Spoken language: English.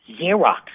Xerox